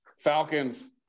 Falcons